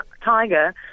Tiger